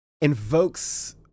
invokes